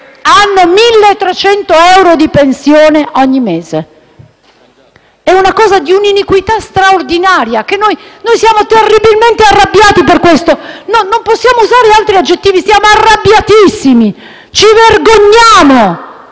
hanno 1.300 euro di pensione ogni mese. È una cosa di un'iniquità straordinaria e noi siamo terribilmente arrabbiati per questo. Non possiamo utilizzare altri aggettivi, siamo arrabbiatissimi, ci vergogniamo